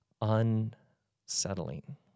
unsettling